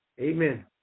Amen